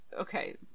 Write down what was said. okay